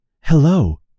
Hello